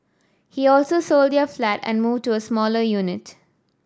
he also sold their flat and moved to a smaller unit